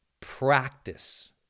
practice